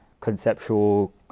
Conceptual